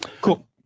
Cool